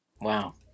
Wow